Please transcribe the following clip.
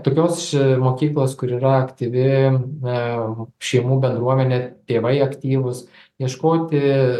tokios mokyklos kur yra aktyvi aa šeimų bendruomenė tėvai aktyvūs ieškoti